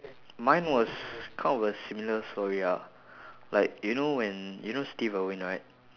mine was kind of a similar story ah like you know when you know steve irwin right